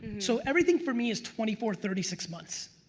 so everything for me is twenty four thirty six months.